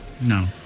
no